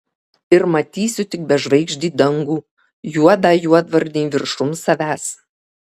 ir matysiu tik bežvaigždį dangų juodą juodvarnį viršum savęs